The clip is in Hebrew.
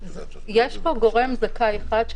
יש פה גורם זכאי אחד,